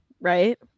right